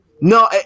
no